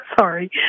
Sorry